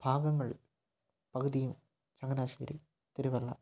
ഭാഗങ്ങൾ പകുതിയും ചങ്ങനാശ്ശേരി തിരുവല്ല